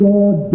God